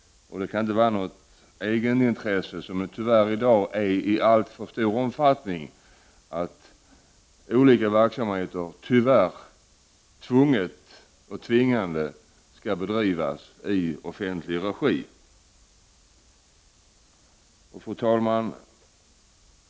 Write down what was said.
Det kan inte vara något egenintresse, som det i dag tyvärr i alltför stor omfattning är, att olika verksamheter tvunget skall bedrivas i offentlig regi. Fru talman!